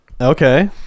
okay